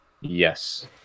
Yes